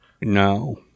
no